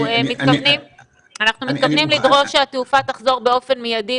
אנחנו מתכוונים לדרוש שהתעופה תחזור באופן מידי,